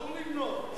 להגיד שאסור לבנות?